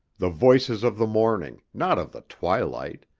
the voices of the morning, not of the twilight,